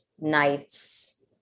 nights